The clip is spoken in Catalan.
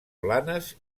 blanes